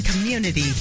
community